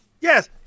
Yes